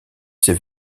ses